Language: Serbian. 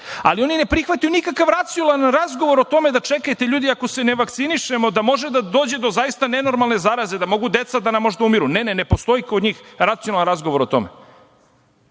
ali oni ne prihvataju nikakav racionalan razgovor o tome da čekajte ljudi, ako se ne vakcinišemo da može da dođe do zaista nenormalne zaraze, da možda mogu deca da nam umiru. Ne, ne postoji kod njih racionalan razgovor o tome.I